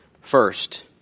first